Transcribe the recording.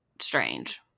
strange